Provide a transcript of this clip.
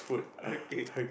okay